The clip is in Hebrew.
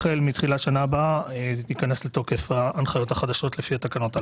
החל מתחילת השנה הבאה ייכנסו לתוקף ההנחיות החדשות לפי התקנות הללו.